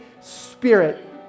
Spirit